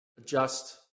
adjust